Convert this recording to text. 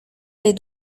les